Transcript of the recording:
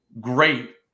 great